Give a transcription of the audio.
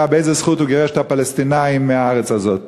באיזו זכות הוא גירש את הפלסטינים מהארץ הזאת.